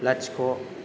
लाथिख'